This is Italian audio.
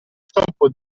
scopo